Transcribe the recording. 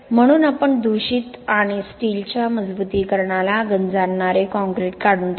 म्हणून आपण दूषित आणि स्टीलच्या मजबुतीकरणाला गंज आणणारे काँक्रीट काढून टाकले